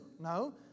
No